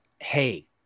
Hey